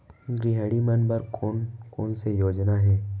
गृहिणी मन बर कोन कोन से योजना हे?